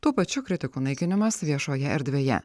tų pačių kritikų naikinimas viešoje erdvėje